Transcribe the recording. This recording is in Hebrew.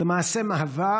ולמעשה מהווה